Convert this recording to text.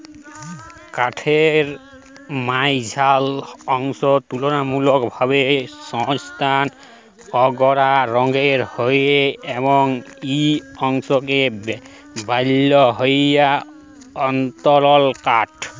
কাঠের মাইঝল্যা অংশ তুললামূলকভাবে সক্ত অ গাঢ় রঙের হ্যয় এবং ই অংশকে ব্যলা হ্যয় অল্তরকাঠ